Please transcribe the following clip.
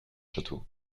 château